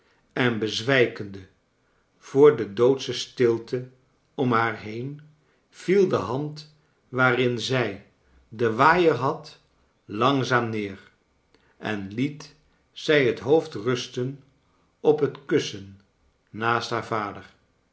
en bezwijkende voor de doodsche stilte om haar heen viel de hand waarin zij den waaier had langzaam neer en liet zij het hoofd rusten op het kussen naast haar vader